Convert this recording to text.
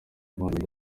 rwanda